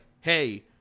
hey